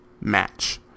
match